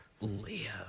Leo